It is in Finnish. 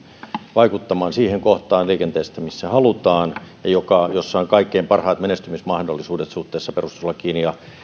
vaikuttamaan liikenteessä siihen kohtaan mihin halutaan ja missä on kaikkein parhaat menestymismahdollisuudet suhteessa perustuslakiin